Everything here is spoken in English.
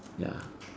ya